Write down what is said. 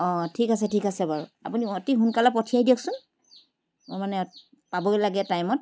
অঁ ঠিক আছে ঠিক আছে বাৰু আপুনি অতি সোনকালে পঠিয়াই দিয়কচোন মই মানে পাবই লাগে টাইমত